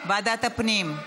ועדת הפנים.